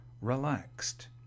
relaxed